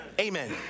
Amen